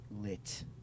lit